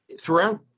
throughout